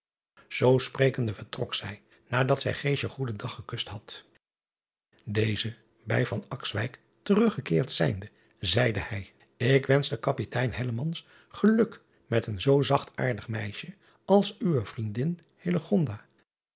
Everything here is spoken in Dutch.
oo sprekende vertrok zij nadat zij goeden dag gekust had eze bij teruggekeerd zijnde zeide hij k wensch den apitein geluk met een zoo zachtaardig meisje als uwe vriendin